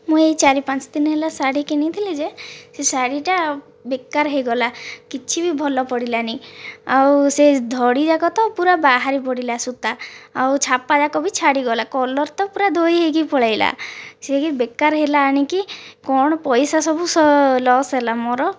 ମୁଁ ଏହି ଚାରି ପାଞ୍ଚ ଦିନ ହେଲା ଶାଢ଼ୀ କିଣିଥିଲି ଯେ ସେ ଶାଢ଼ୀଟା ବେକାର ହୋଇଗଲା କିଛି ବି ଭଲ ପଡ଼ିଲାନାହିଁ ଆଉ ସେ ଧଡ଼ିଯାକ ତ ପୂରା ବାହାରିପଡ଼ିଲା ସୂତା ଆଉ ଛାପା ଯାକ ବି ଛାଡ଼ିଗଲା କଲର ତ ପୂରା ଧୋଇ ହୋଇକି ପଳାଇଲା ସେହି ବେକାର ହେଲା ଆଣିକି କ'ଣ ପଇସା ସବୁ ଲସ୍ ହେଲା ମୋର